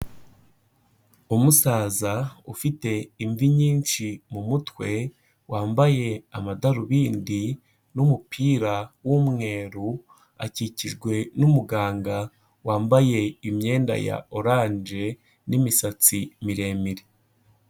Umusaza ufite imvi nyinshi mu mutwe, wambaye amadarubindi n'umupira w'umweru, akikijwe n'umuganga wambaye imyenda ya oranje n'imisatsi miremire.